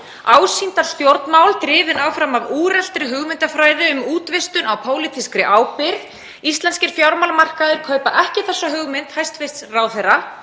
ásýndarstjórnmál drifin áfram af úreltri hugmyndafræði um útvistun á pólitískri ábyrgð. Íslenskir fjármálamarkaðir kaupa ekki þessa hugmynd hæstv. ráðherra,